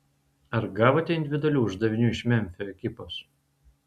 ar gavote individualių uždavinių iš memfio ekipos